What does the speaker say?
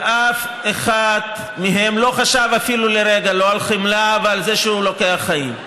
ואף אחד מהם לא חשב אפילו לרגע על חמלה ועל זה שהוא לוקח חיים.